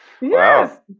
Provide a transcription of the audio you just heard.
Yes